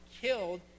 killed